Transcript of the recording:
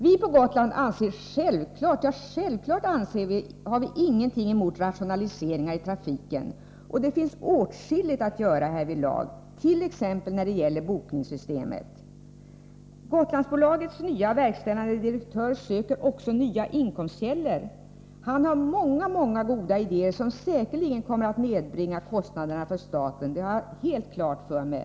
Vi på Gotland har självfallet ingenting emot rationaliseringar i trafiken, och det finns åtskilligt att göra härvidlag, t.ex. när det gäller bokningssystemet. Gotlandsbolagets nya verkställande direktör söker också nya inkomstkällor. Han har många goda idéer, som säkerligen kommer att nedbringa kostnaderna för staten. Det har jag helt klart för mig.